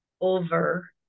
over